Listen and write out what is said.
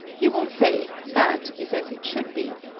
you will say, that is as it should be,